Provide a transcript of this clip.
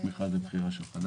חדש.